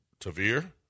Tavir